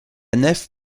nef